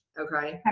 okay?